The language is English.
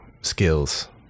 skills